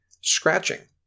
scratching